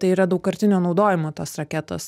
tai yra daugkartinio naudojimo tos raketos